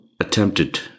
attempted